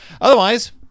Otherwise